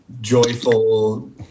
joyful